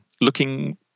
looking